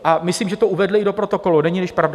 A myslím, že to uvedli i do protokolu, neníliž pravda.